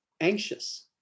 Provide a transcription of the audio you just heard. anxious